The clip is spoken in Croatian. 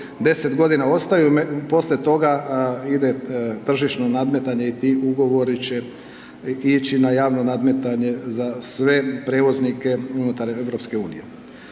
10 godina, ostaju, poslije toga ide tržišno nadmetanje i ti Ugovori će ići na javno nadmetanje za sve prijevoznike unutar EU.